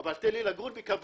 אבל תן לי לגור בכבוד.